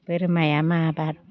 बोरमाया मा बा